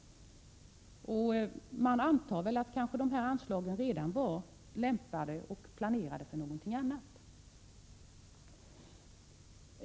Man antar väl dessutom att dessa anslag redan var planerade för någonting annat.